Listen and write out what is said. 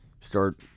Start